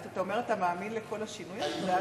אתה אומר שאתה מאמין לכל השינוי הזה?